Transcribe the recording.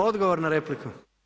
Odgovor na repliku.